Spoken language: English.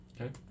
Okay